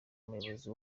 umuyobozi